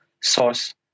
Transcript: source